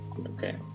okay